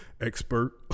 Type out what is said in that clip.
expert